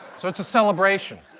so it's a celebration.